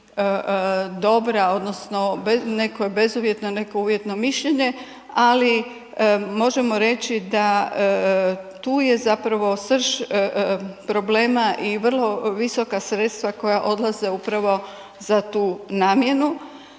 dobra odnosno neko bezuvjetno, neko uvjetno mišljenje, ali možemo reći da tu je zapravo srž problema i vrlo visoka sredstva koja odlaze upravo za tu namjenu.